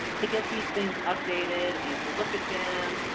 to get these things updated and so look at them,